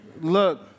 Look